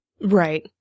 Right